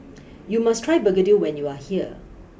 you must try Begedil when you are here